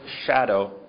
shadow